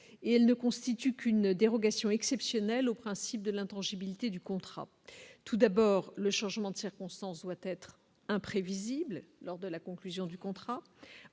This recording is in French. et elle ne constitue qu'une dérogation exceptionnelle au principe de l'intangibilité du contrat, tout d'abord le changement de circonstances doit être imprévisible lors de la conclusion du contrat